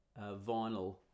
vinyl